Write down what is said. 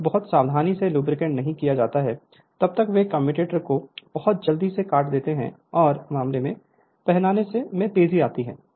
जब तक बहुत सावधानी से लुब्रिकेट नहीं किया जाता है तब तक वे कम्यूटेटर को बहुत जल्दी से काट देते हैं और मामले में पहनने में तेजी आती है